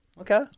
Okay